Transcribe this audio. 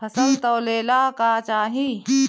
फसल तौले ला का चाही?